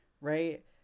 right